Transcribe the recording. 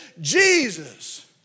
Jesus